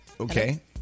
Okay